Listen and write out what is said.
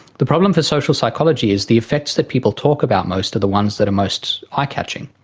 the problem for social psychology is the effects that people talk about most are the ones that are most eye-catching,